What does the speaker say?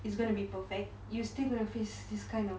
it's gonna be perfect you still gonna face this kind of